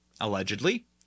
allegedly